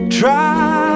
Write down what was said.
try